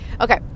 Okay